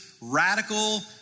radical